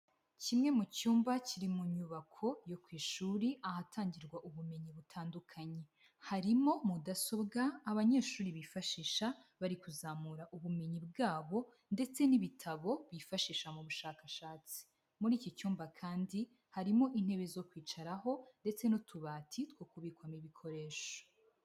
Kimwe mu cyumba kiri mu nyubako yo ku ishuri, ahatangirwa ubumenyi butandukanye, harimo mudasobwa abanyeshuri bifashisha bari kuzamura ubumenyi bwabo, ndetse n'ibitabo bifashisha mu bushakashatsi, muri iki cyumba kandi harimo intebe zo kwicaraho, ndetse n'utubati two kubikamo ibikoresho.